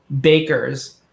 bakers